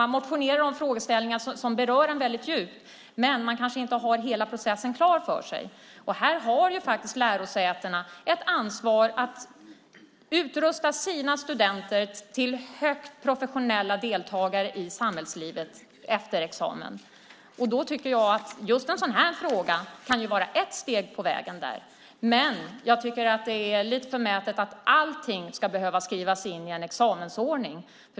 Man motionerar om frågeställningar som berör en djupt, men man har kanske inte hela processen klar för sig. Här har faktiskt lärosätena ett ansvar för att utrusta sina studenter till högt professionella deltagare i samhällslivet efter examen. Just en sådan här fråga kan vara ett steg på vägen. Men jag tycker att det är lite förmätet att allting ska behöva skrivas in i en examensordning.